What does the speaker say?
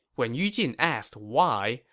when yu jin asked why,